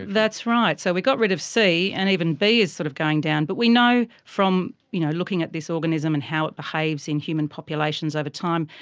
that's right, so we got rid of c and even b is sort of going down, but we know from you know looking at this organism and how it behaves in human populations over time,